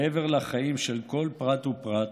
מעבר לחיים של כל פרט ופרט,